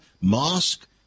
Mosque